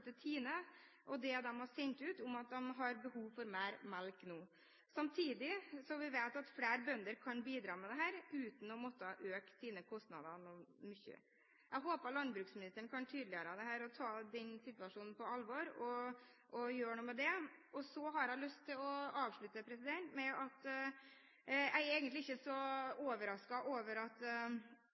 til TINE og det de har sendt ut om at de har behov for mer melk nå, samtidig som vi vet at flere bønder kan bidra til dette uten å måtte øke sine kostnader mye. Jeg håper landbruksministeren kan tydeliggjøre dette og tar situasjonen på alvor og gjør noe med den. Så har jeg lyst til å avslutte med å si at jeg egentlig ikke er så overrasket over at